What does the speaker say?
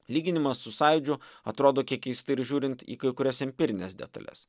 lyginimas su sąjūdžiu atrodo kiek keistai ir žiūrint į kai kurias empirines detales